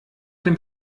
dem